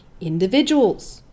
Individuals